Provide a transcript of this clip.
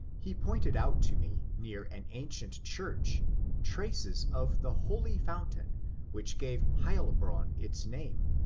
he pointed out to me near an ancient church traces of the holy fountain which gave heilbronn its name.